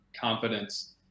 confidence